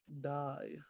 Die